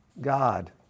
God